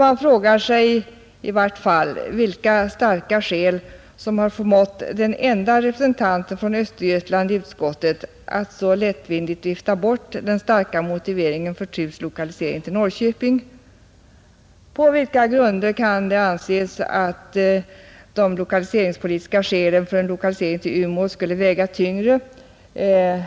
Man frågar sig i varje fall vilka skäl som har förmått den enda representanten i utskottet från Östergötland att så lättvindigt vifta bort den starka motiveringen för TRU:s lokalisering till Norrköping. På vilka grunder kan det anses att de lokaliseringspolitiska skälen för en lokalisering till Umeå skulle väga tyngre?